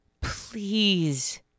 Please